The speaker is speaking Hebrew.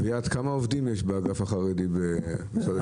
אביעד, כמה עובדים יש באגף החרדי במשרד השיכון?